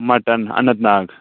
mutton Anant Nag